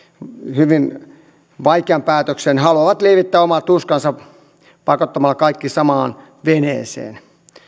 hyvin vaikean päätöksen haluavat lievittää omaa tuskaansa pakottamalla kaikki samaan veneeseen